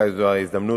אולי זו ההזדמנות